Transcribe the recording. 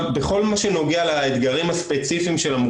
כל סייעת צריכה להשתכר שכר